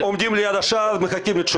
עכשיו העובדים עומדים ליד השער, מחכים לתשובה.